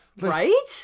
Right